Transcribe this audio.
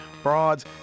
frauds